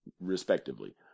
respectively